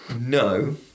No